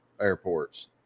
airports